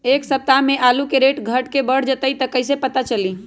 एक सप्ताह मे आलू के रेट घट ये बढ़ जतई त कईसे पता चली?